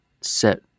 set